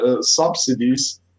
subsidies